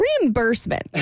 reimbursement